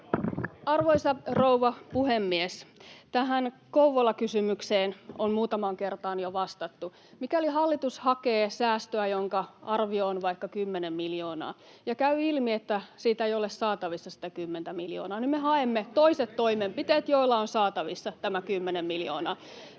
Arvoisa rouva puhemies! Tähän Kouvola-kysymykseen on muutamaan kertaan jo vastattu. Mikäli hallitus hakee säästöä, jonka arvio on vaikka kymmenen miljoonaa, ja käy ilmi, että siitä ei ole saatavissa sitä kymmentä miljoonaa, niin me haemme toiset toimenpiteet, joilla on saatavissa tämä kymmenen miljoonaa.